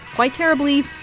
quite terribly,